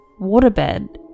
waterbed